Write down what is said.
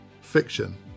fiction